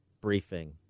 briefing